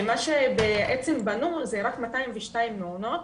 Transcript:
מה שבעצם בנו זה רק 202 מעונות,